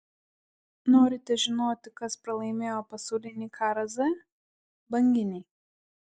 norite žinoti kas pralaimėjo pasaulinį karą z banginiai